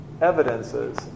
Evidences